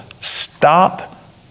Stop